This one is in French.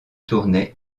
tournaient